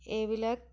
এইবিলাক